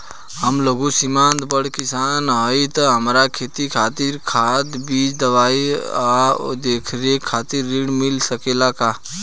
हम लघु सिमांत बड़ किसान हईं त हमरा खेती खातिर खाद बीज दवाई आ देखरेख खातिर ऋण मिल सकेला का?